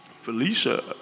Felicia